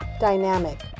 dynamic